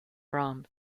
brahms